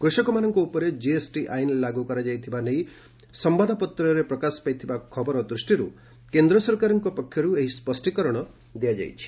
କୃଷକମାନଙ୍କ ଉପରେ ଜିଏସ୍ଟି ଆଇନ ଲାଗୁ କରାଯାଇଥିବା ନେଇ ସମ୍ଘାଦପତ୍ରରେ ପ୍ରକାଶ ପାଇଥିବା ଖବର ଦୃଷ୍ଟିରୁ କେନ୍ଦ୍ର ସରକାରଙ୍କ ପକ୍ଷରୁ ଏହି ସ୍ୱଷ୍ଟୀକରଣ ଦିଆଯାଇଛି